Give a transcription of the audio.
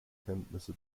kenntnisse